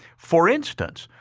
for instance,